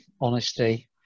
honesty